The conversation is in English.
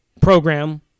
program